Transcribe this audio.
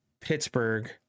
Pittsburgh